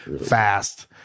fast